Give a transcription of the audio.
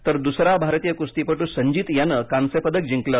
तर दुसरा भारतीय कुस्तीपटू संजीत यानं कांस्यपदक जिंकलं